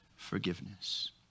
Forgiveness